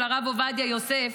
של הרב עובדיה יוסף,